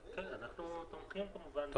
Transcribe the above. אנחנו תומכים כמובן.